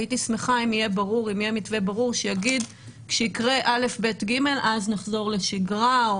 הייתי שמחה אם יהיה מתווה ברור שיגיד שכשיקרה א' ב' ג' אז נחזור לשגרה,